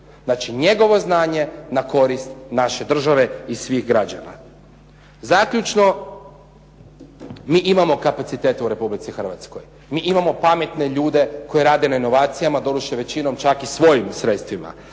znači njegovo znanje na korist naše države i svih građana. Zaključno, mi imamo kapaciteta u Republici Hrvatskoj, mi imamo pametne ljude koji rade na inovacijama, doduše većinom čak i svojim sredstvima,